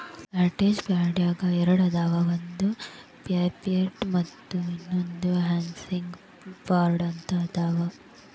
mortgage ಫ್ರಾಡ್ನ್ಯಾಗ ಎರಡದಾವ ಒಂದ್ ಪ್ರಾಫಿಟ್ ಮತ್ತ ಇನ್ನೊಂದ್ ಹೌಸಿಂಗ್ ಫ್ರಾಡ್ ಅಂತ ಅದಾವ